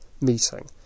meeting